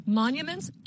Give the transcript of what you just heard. monuments